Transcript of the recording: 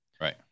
Right